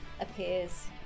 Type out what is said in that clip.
appears